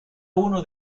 uno